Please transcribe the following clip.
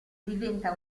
diventa